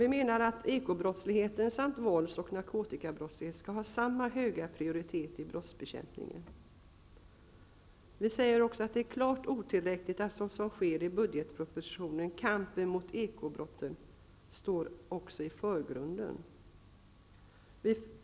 Vi anser att ekobrottsligheten samt vålds och narkotikabrott skall ha samma höga prioritet i brottsbekämpningen. Det är klart otillräckligt att, som det står i budgetpropositionen, kampen mot ekobrottsligheten också står i förgrunden.